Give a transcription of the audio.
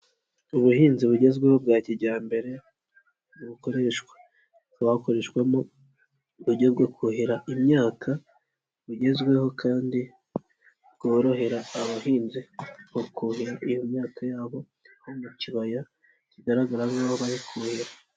Ubuhinzi bugezweho bwa kijyambere bukoreshwa, hakaba hakoreshwamo uburyo bwo kuhira imyaka, bugezweho kandi bworohera abahinzi bakuhira iyo myaka yabo, aho mu kibaya kigaragara nk'aho bari kuhira.